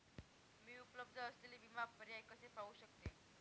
मी उपलब्ध असलेले विमा पर्याय कसे पाहू शकते?